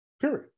period